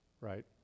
right